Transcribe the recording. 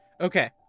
Okay